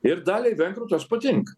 ir daliai vengrų tas patinka